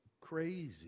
crazy